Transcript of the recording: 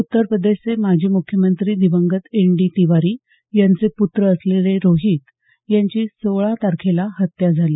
उत्तर प्रदेशचे माजी मुख्यमंत्री दिवंगत एन डी तिवारी यांचे पुत्र असलेले रोहित यांची सोळा तारखेला हत्या झाली